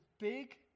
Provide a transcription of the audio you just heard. big